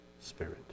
Spirit